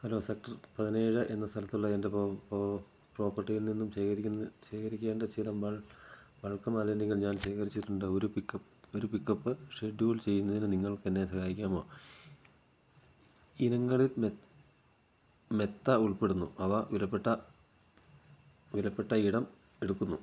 hello sector പതിനേഴ് എന്ന സ്ഥലത്തുള്ള എൻ്റെ പ്രോപ്പർട്ടിയിൽ നിന്നും ശേഖരിക്കേണ്ട ചില ബൾക്ക് മാലിന്യങ്ങൾ ശേഖരിച്ചിട്ടുണ്ട് ഒരു പിക്കപ്പ് ഒരു പിക്കപ്പ് ഷെഡ്യൂൾ ചെയ്യുന്നതിന് നിങ്ങൾക്ക് എന്നെ സഹായിക്കാമോ നിങ്ങളിൽ മെത്ത ഉൾപ്പെടുന്നു അവ വിലപ്പെട്ട വിലപ്പെട്ട ഇടം എടുക്കുന്നു